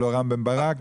לא רם בן ברק,